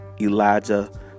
Elijah